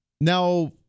Now